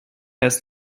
has